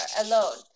alone